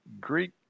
Greek